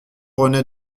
renaît